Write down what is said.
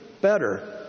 better